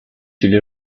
will